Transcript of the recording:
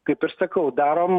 kaip ir sakau darom